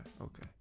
Okay